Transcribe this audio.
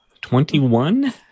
Twenty-one